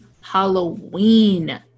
Halloween